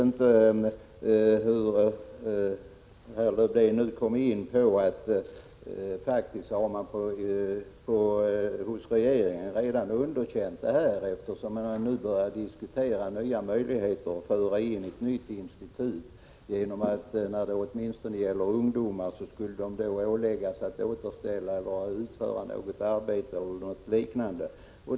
Herr Lövdén kom in på att regeringen faktiskt redan har underkänt det här systemet, eftersom man nu har börjat diskutera möjligheterna att föra in ett nytt institut — åtminstone ungdomar skulle då åläggas att återställa vad de skadat eller utföra något liknande arbete.